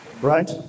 right